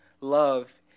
love